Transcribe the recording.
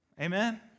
Amen